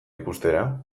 ikustera